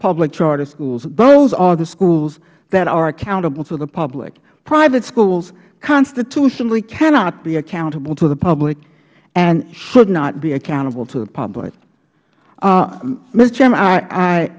public charter schools those are the schools that are accountable to the public private schools constitutionally cannot be accountable to the public and should not be accountable to the public